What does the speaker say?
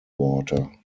water